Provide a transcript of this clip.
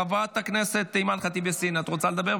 חברת הכנסת אימאן ח'טיב יאסין, את רוצה לדבר?